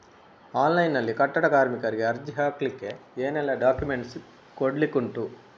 Online ನಲ್ಲಿ ಕಟ್ಟಡ ಕಾರ್ಮಿಕರಿಗೆ ಅರ್ಜಿ ಹಾಕ್ಲಿಕ್ಕೆ ಏನೆಲ್ಲಾ ಡಾಕ್ಯುಮೆಂಟ್ಸ್ ಕೊಡ್ಲಿಕುಂಟು?